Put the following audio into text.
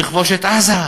לכבוש את עזה.